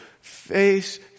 face